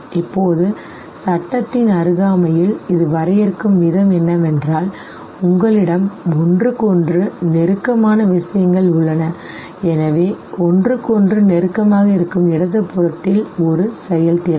இப்போது சட்டத்தின் அருகாமையில் இது வரையறுக்கும் விதம் என்னவென்றால் உங்களிடம் ஒன்றுக்கொண்று நெருக்கமான விஷயங்கள் உள்ளன எனவே ஒன்றுக்கொண்று நெருக்கமாக இருக்கும் இடது புறத்தில் ஒரு செயல்திறன்